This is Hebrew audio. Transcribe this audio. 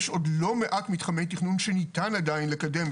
יש עוד לא מעט מתחמי תכנון שניתן עדיין לקדם,